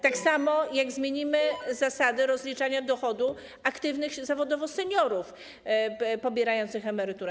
Tak samo jak zmienimy zasady rozliczania dochodu aktywnych zawodowo seniorów pobierających emeryturę.